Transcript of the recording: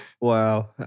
wow